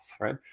right